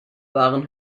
waren